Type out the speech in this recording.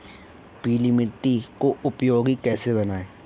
पीली मिट्टी को उपयोगी कैसे बनाएँ?